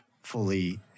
fully